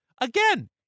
again